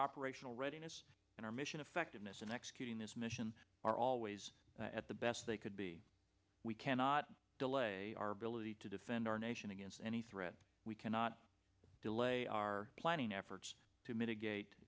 operational readiness and our mission effectiveness in executing this mission are always at the best they could be we cannot delay our ability to defend our nation against any threat we cannot delay our planning efforts to mitigate